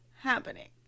happening